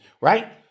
Right